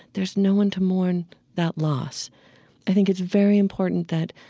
there's no one to mourn that loss i think it's very important that,